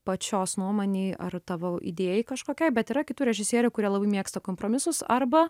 pačios nuomonei ar tavo idėjai kažkokiai bet yra kitų režisierių kurie labai mėgsta kompromisus arba